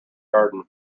garden